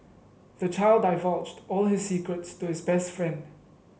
the child divulged all his secrets to his best friend